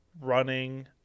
running